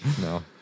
No